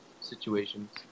situations